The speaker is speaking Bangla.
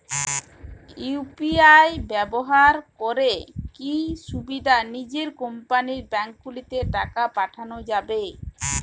ইউ.পি.আই ব্যবহার করে কি শুধু নিজের কোম্পানীর ব্যাংকগুলিতেই টাকা পাঠানো যাবে?